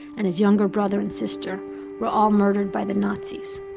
and his younger brother and sister were all murdered by the nazis.